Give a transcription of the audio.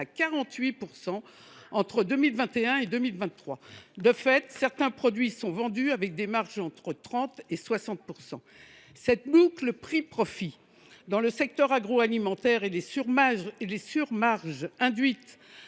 48 % entre 2021 et 2023. De fait, sur certains produits, les marges s’établissent entre 30 % et 60 %. Cette boucle prix profit dans le secteur agroalimentaire et les surmarges induites